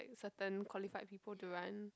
certain qualified people to run